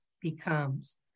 becomes